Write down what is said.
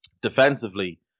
defensively